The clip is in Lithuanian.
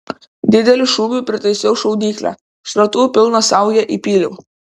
dideliu šūviu pritaisiau šaudyklę šratų pilną saują įpyliau